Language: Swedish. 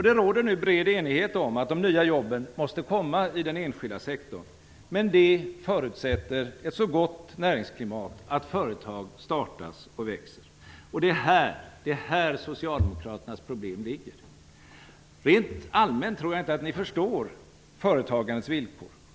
Det råder nu bred enighet om att de nya jobben måste komma i den enskilda sektorn. Men det förutsätter ett så gott näringsklimat så att företag startas och växer. Det är här Socialdemokraternas problem ligger. Rent allmänt tror jag inte att Socialdemokraterna förstår företagandets villkor.